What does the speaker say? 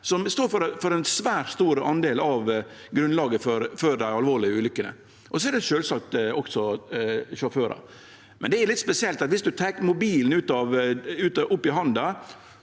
som står for ein svært stor del av grunnlaget for dei alvorlege ulykkene, og så er det sjølvsagt også sjåførane. Det er litt spesielt at om eg tek mobilen i handa,